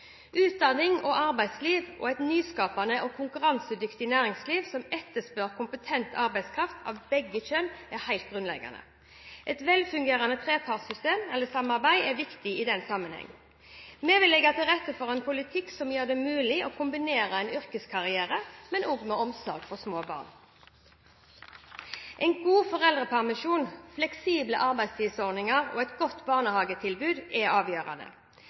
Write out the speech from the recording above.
Utdanning og arbeidsliv og et nyskapende og konkurransedyktig næringsliv som etterspør kompetent arbeidskraft av begge kjønn, er helt grunnleggende. Et velfungerende trepartssamarbeid er viktig i den sammenheng. Vi vil legge til rette for en politikk som gjør det mulig å kombinere en yrkeskarriere med omsorg for småbarn. En god foreldrepermisjon, fleksible arbeidstidsordninger og et godt barnehagetilbud er avgjørende.